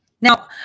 Now